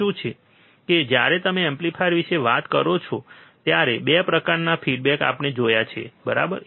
કે જ્યારે તમે એમ્પ્લીફાયર વિશે વાત કરો ત્યારે 2 પ્રકારના ફિડબેક આપણે જોયા છે બરાબર